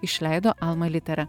išleido alma litera